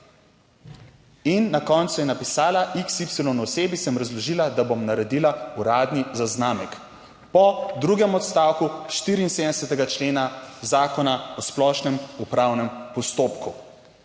In na koncu je napisala: "XY osebi sem razložila, da bom naredila uradni zaznamek, po drugem odstavku 74. člena Zakona o splošnem upravnem postopku."